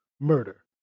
Murder